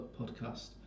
Podcast